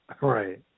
Right